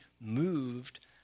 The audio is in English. moved